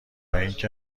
اینکه